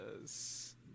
Yes